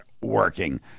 working